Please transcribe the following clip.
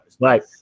Right